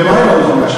למה היא לא נכונה?